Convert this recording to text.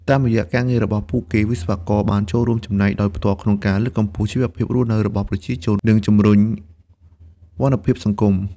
តាមរយៈការងាររបស់ពួកគេ វិស្វករបានចូលរួមចំណែកដោយផ្ទាល់ក្នុងការលើកកម្ពស់ជីវភាពរស់នៅរបស់ប្រជាជន និងជំរុញវឌ្ឍនភាពសង្គម។